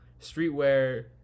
streetwear